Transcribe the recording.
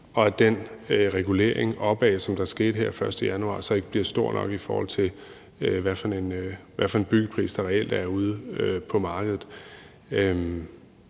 og at den regulering opad, som der skete her den 1. januar, så ikke bliver stor nok, i forhold til hvad for en byggepris der reelt er ude på markedet.